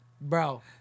bro